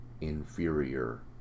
inferior